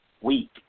week